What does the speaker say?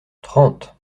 trente